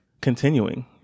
continuing